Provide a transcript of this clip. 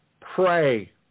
pray